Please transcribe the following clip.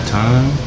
time